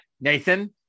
Nathan